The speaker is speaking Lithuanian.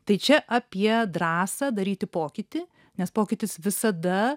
tai čia apie drąsą daryti pokytį nes pokytis visada